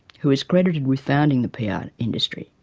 who is credited with founding the pr ah industry.